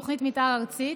תוכנית מתאר ארצית.